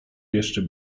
jeszcze